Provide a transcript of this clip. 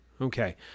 Okay